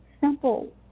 simple